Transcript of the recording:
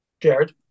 Jared